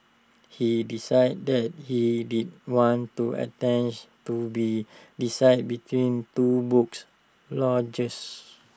he decided that he didn't want to attention to be decided between two books launches